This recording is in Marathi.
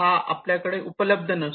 हा आपल्याकडे उपलब्ध नसतो